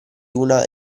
una